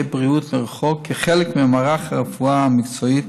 בריאות מרחוק כחלק ממערך הרפואה המקצועית.